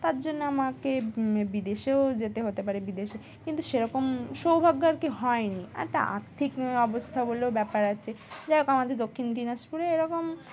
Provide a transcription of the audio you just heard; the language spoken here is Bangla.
তার জন্য আমাকে বিদেশেও যেতে হতে পারে বিদেশে কিন্তু সেরকম সৌভাগ্য আর কি হয়নি একটা আর্থিক অবস্থা হলেও ব্যাপার আছে যাই হোক আমাদের দক্ষিণ দিনাজপুরে এরকম